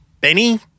Benny